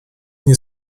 nie